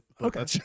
okay